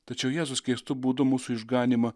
tačiau jėzus keistu būdu mūsų išganymą